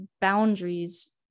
boundaries